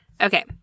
Okay